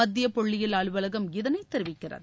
மத்திய புள்ளியியல் அலுவலகம் இதனைத் தெரிவிக்கிறது